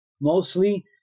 Mostly